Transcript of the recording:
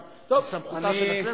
גם אין זה מסמכותה של הכנסת.